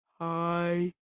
Hi